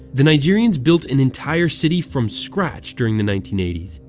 the nigerians built an entire city from scratch during the nineteen eighty s.